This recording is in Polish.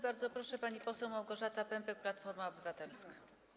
Bardzo proszę, pani poseł Małgorzata Pępek, Platforma Obywatelska.